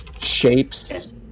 shapes